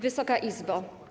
Wysoka Izbo!